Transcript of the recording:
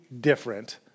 different